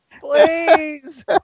Please